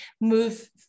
move